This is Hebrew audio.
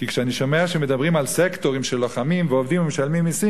כי כשאני שומע שמדברים על סקטורים שלוחמים ועובדים ומשלמים מסים,